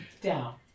down